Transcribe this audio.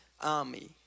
army